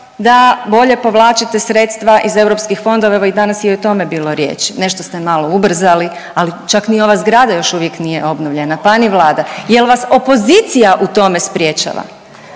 da bolje povlačite sredstva iz europskih fondova, evo danas je i o tome bilo riječi, nešto ste malo ubrzali, ali čak ni ova zgrada još uvijek nije obnovljena, pa ni Vlada, jel vas opozicija u tome sprječava?